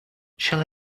shall